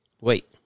wait